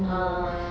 ah